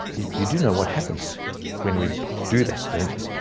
you do know what happens when we do that, don't you?